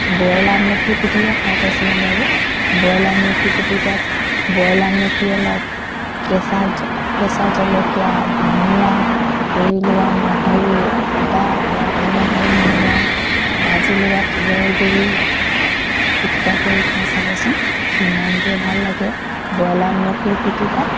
boil আমলখিৰ পিটিকা খাই পাইছেনে বাৰু বইল আমলখি পিটিকাত বইল আমলখি অলপ কেঁচা কেঁচা জলকীয়া ধনিয়া পুৰি লোৱা নহৰু আদা সোৱাদ অনুসৰি নিমখ ভাজি লোৱা তিলৰ গুড়ি পিটিকা কৰি খাই চাবচোন কিমান যে ভাল লাগে বইল আমলখিৰ পিটিকা